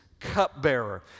Cupbearer